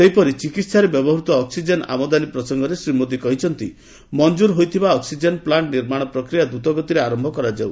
ସେହିପରି ଚିକିସାରେ ବ୍ୟବହୃତ ଅକ୍ଟିଜେନ୍ ଆମଦାନୀ ପ୍ରସଙ୍ଗରେ ଶ୍ରୀ ମୋଦି କହିଚ୍ଚନ୍ତି ମଞ୍ଜୁର ହୋଇଥିବା ଅକ୍ସିଜେନ୍ ପ୍ଲାଙ୍କ ନିର୍ମାଣ ପ୍ରକ୍ରିୟା ଦ୍ରତଗତିରେ ଆରମ୍ଭ କରାଯାଉ